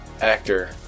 Actor